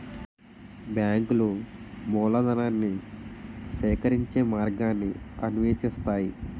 బ్యాంకులు మూలధనాన్ని సేకరించే మార్గాన్ని అన్వేషిస్తాయి